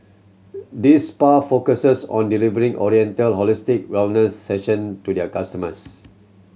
this spa focuses on delivering oriental holistic wellness session to their customers